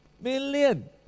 million